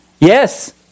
Yes